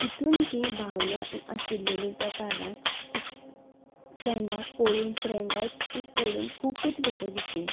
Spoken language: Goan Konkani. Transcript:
तितून जीं भावना आशिलेलीं त्या कार्डार तीं फ्रेंडाक पळोवन फ्रेंडाक तीं पळोवन खुबूच बरें दिसलें